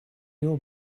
your